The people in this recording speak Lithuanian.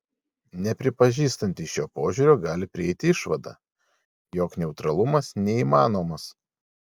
nepripažįstantys šio požiūrio gali prieiti išvadą jog neutralumas neįmanomas